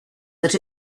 that